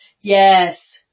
Yes